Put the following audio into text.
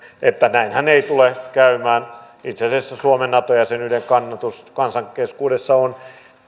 että näinhän ei tule käymään itse asiassa suomen nato jäsenyyden kannatus kansan keskuudessa on